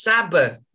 Sabbath